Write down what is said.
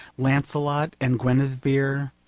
lancelot and guinevere,